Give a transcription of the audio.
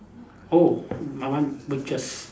oh my one butchers